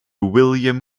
william